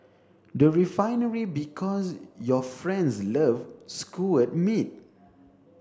the Refinery Because your friends love skewered meat